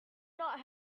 not